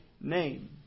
name